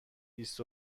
بیست